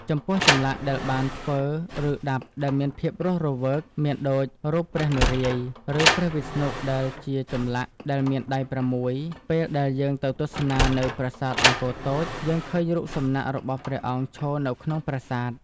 ចំពោះចម្លាក់ដែលបានធ្វើឬដាប់ដែលមានភាពរស់រវើកមានដូចរូបព្រះនរាយណ៍ឬព្រះវិស្ណុដែលជាចម្លាក់ដែលមានដៃ៦ពេលដែលយើងទៅទស្សនានៅប្រាសាទអង្គរតូចយើងឃើញរូបសំណាក់របស់ព្រះអង្គឈរនៅក្នុងប្រាសាទ។